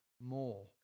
more